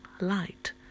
light